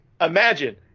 imagine